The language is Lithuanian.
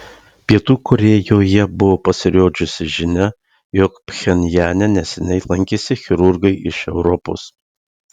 pietų korėjoje buvo pasirodžiusi žinia jog pchenjane neseniai lankėsi chirurgai iš europos